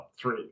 three